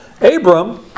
Abram